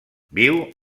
viu